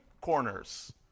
corners